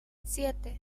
siete